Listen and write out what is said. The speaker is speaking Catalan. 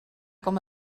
com